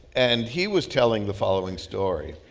and he was telling the following story.